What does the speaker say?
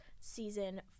season